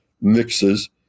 mixes